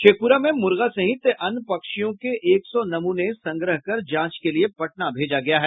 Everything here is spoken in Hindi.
शेखप्रा में मुर्गा सहित अन्य पक्षियों के एक सौ नमूने संग्रह कर जांच के लिये पटना भेजा गया है